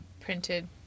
printed